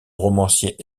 romancier